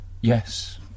Yes